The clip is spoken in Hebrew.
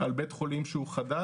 על בית חולים שהוא חדש,